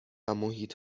ومحیط